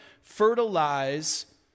fertilize